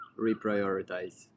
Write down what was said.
Reprioritize